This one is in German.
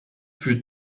für